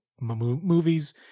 movies